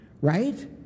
right